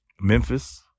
Memphis